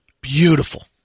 Beautiful